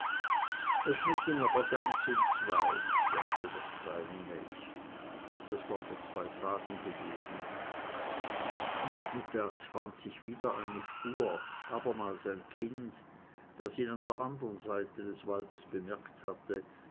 schnitt ihn aber ganz entzwei sagte das kleine mädchen das war vor zwei tagen gewesen nachmittags fand sich wieder eine spur abermals ein kind das ihn an der andern seite des waldes bemerkt hatte